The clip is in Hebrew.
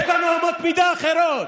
יש לנו אמות מידה אחרות.